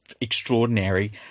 extraordinary